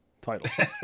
title